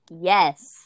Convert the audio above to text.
Yes